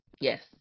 yes